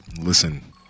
listen